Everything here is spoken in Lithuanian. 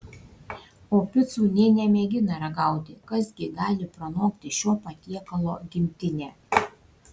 o picų nė nemėgina ragauti kas gi gali pranokti šio patiekalo gimtinę